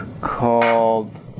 called